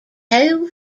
whole